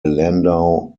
landau